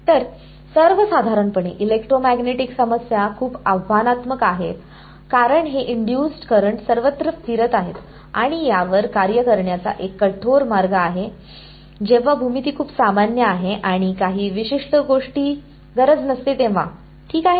तर सर्वसाधारणपणे इलेक्ट्रोमॅग्नेटिक समस्या खूप आव्हानात्मक आहेत कारण हे इंड्युसड् करंट सर्वत्र फिरत आहेत आणि यावर कार्य करण्याचा हा एक कठोर मार्ग आहे जेव्हा भूमिती खूप सामान्य आहे आणि काही विशिष्ट गोष्टी गरज नसते तेव्हा ठीक आहे